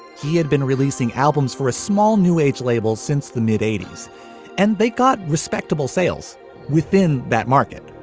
he had been releasing albums for a small new age label since the mid eighty s and they got respectable sales within that market.